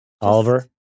Oliver